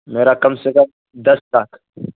میرا کم سے کم دس ساکھ